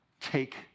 take